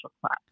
class